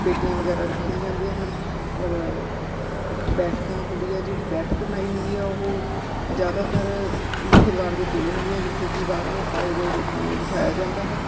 ਪੇਟੀਆਂ ਵਗੈਰਾ ਰੱਖੀਆਂ ਜਾਂਦੀਆਂ ਹਨ ਔਰ ਬੈਠਕਾਂ ਹੁੰਦੀ ਹੈ ਜਿਹੜੀ ਬੈਠਕ ਬਣਾਈ ਹੁੰਦੀ ਹੈ ਉਹ ਜ਼ਿਆਦਾਤਰ ਮੁੱਖ ਦੁਆਰ ਦੇ ਕੋਲੇ ਹੁੰਦੇ ਆ ਜਿੱਥੇ ਕਿ ਬਾਹਰੋਂ ਆਏ ਗਏ ਲੋਕਾਂ ਨੂੰ ਬਿਠਾਇਆ ਜਾਂਦਾ ਹੈ